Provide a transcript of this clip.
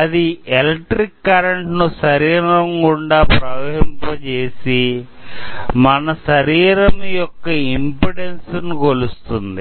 అది electric current ను శరీరం గుండా ప్రవహింపచేసి మన శరీరం యొక్క ఇంపెడెన్సు ను కొలుస్తుంది